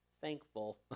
thankful